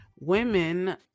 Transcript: women